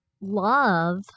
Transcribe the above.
love